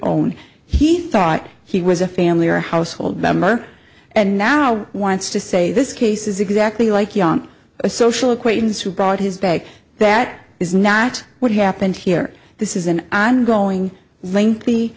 own he thought he was a family or household member and now wants to say this case is exactly like young a social acquaintance who brought his bag that is not what happened here this is an ongoing lengthy